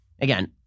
Again